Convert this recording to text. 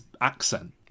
accent